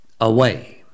away